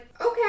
okay